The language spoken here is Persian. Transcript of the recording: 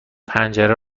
پنجره